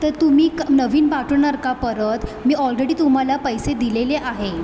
तर तुम्ही क् नवीन पाठवणार का परत मी ऑलरेडी तुम्हाला पैसे दिलेले आहे